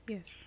Yes